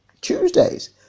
Tuesdays